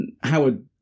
Howard